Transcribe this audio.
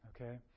Okay